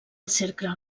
cercle